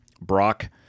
Brock